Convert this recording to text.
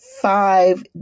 Five